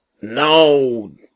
No